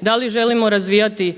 Da li želimo razvijati